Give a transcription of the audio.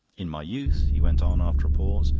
in my youth, he went on after a pause,